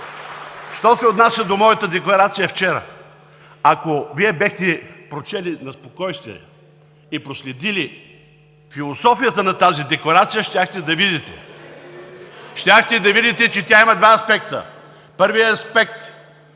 Що се отнася до моята декларация вчера. Ако Вие я бяхте прочели на спокойствие и проследили философията на тази декларация, щяхте да видите, че тя има два аспекта. Първият аспект